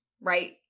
right